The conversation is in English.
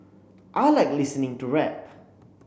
I like listening to rap